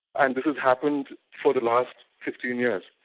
and this has happened for the last fifteen years.